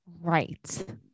Right